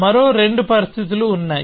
మరో రెండు పరిస్థితులు ఉన్నాయి